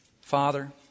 Father